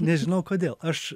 nežinau kodėl aš